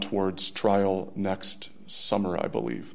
towards trial next summer i believe